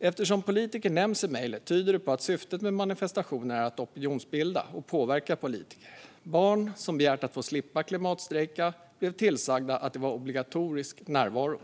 Att politiker nämns i mejlet tyder på att syftet med manifestationen är att opinionsbilda och påverka politiker. Barn som begärt att få slippa klimatstrejka blev tillsagda att det var obligatorisk närvaro.